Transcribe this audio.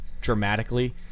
dramatically